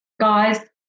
Guys